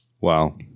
Wow